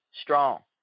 strong